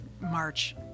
March